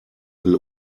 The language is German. will